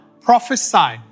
prophesy